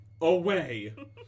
away